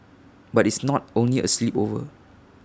but it's not only A sleepover